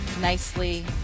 Nicely